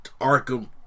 Arkham